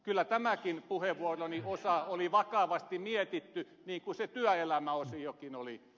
kyllä tämäkin puheenvuoroni osa oli vakavasti mietitty niin kuin se työelämäosiokin oli